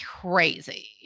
crazy